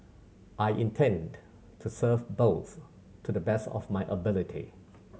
I intend to serve both to the best of my ability